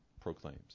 proclaims